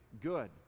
good